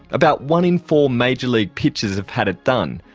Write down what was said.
about one in four major league pitchers have had it done.